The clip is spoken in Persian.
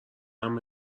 همه